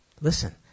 listen